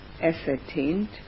ascertained